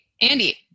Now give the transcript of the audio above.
Andy